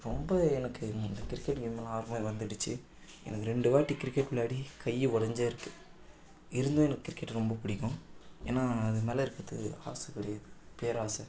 ரொம்ப எனக்கு இந்த கிரிக்கெட் கேம்மில் ஆர்வமே வந்துடுச்சு எனக்கு ரெண்டு வாட்டி கிரிக்கெட் விளையாடி கை உடஞ்ஜே இருக்கு இருந்தும் எனக்கு கிரிக்கெட் ரொம்ப பிடிக்கும் ஏன்னா நான் அது மேலே இருக்கிறது ஆசை கிடையாது பேராசை